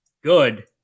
Good